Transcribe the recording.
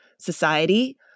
society